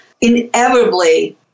inevitably